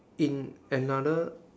in another